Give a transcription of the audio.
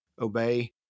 obey